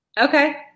Okay